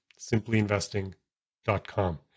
simplyinvesting.com